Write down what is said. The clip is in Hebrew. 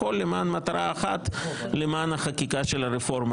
והכל למען חקיקה של הרפורמה